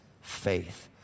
faith